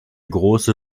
große